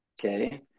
Okay